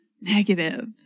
negative